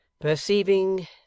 perceiving